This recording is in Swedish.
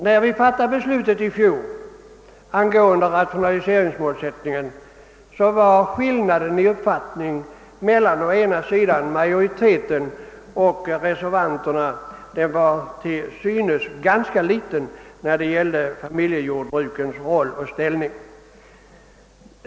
När vi i fjol fattade beslutet angående rationaliseringsmålsättningen var skillnaden i uppfattning mellan å ena sidan majoriteten och å andra sidan reservanterna till synes ganska ringa när det gällde familjejordbrukens roll och ställning.